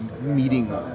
meeting